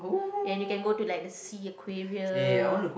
ya you can go to like the Sea Aquarium